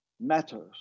matters